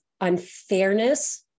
unfairness